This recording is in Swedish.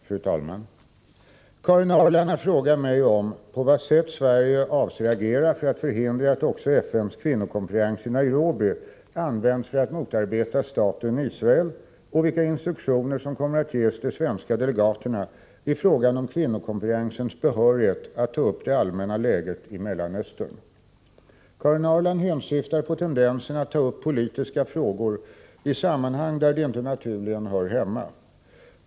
Fru talman! Karin Ahrland har frågat mig om på vad sätt Sverige avser agera för att förhindra att också FN:s kvinnokonferens i Nairobi används för att motarbeta staten Israel och vilka instruktioner som kommer att ges de svenska delegaterna i frågan om kvinnokonferensens behörighet att ta upp det allmänna läget i Mellanöstern. Karin Ahrland hänsyftar på tendensen att ta upp politiska frågor i sammanhang där de inte naturligen hör hemma.